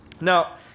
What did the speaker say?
Now